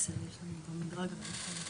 היצרן הוא שקובע את הזה.